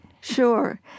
Sure